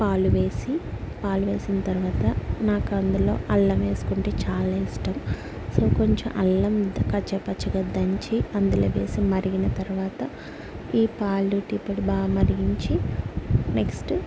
పాలు వేసి పాలు వేసిన తరవాత నాకు అందులో అల్లం వేసుకుంటే చాలా ఇష్టం సో కొంచెం అల్లం దం చకా చకా చకా దంచి అందులో వేసి మరిగిన తరవాత ఈ పాలు టీ పొడి బాగా మరిగించి నెక్స్ట్